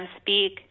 speak